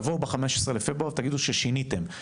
תבואו ב-15 לפברואר תגידו ששיניתם,